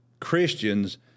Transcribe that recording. Christians